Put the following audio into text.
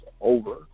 over